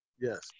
Yes